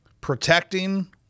protecting